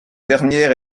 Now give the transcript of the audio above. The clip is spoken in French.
dernière